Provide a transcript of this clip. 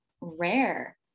rare